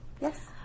yes